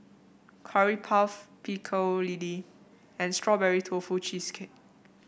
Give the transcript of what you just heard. Curry Puff Pecel Lele and Strawberry Tofu Cheesecake